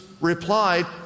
replied